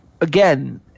again